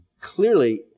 clearly